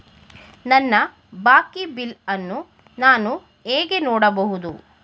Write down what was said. ನನ್ನ ಬಾಕಿ ಬಿಲ್ ಅನ್ನು ನಾನು ಹೇಗೆ ನೋಡಬಹುದು?